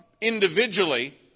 individually